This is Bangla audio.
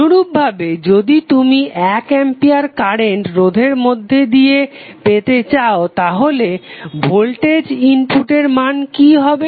অনুরূপভাবে যদি তুমি 1 অ্যাম্পিয়ার কারেন্ট রোধের মধ্যে দিয়ে পেতে চাও তাহলে ভোল্টেজ ইনপুটের মান কি হবে